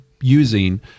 using